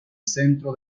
centro